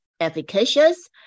efficacious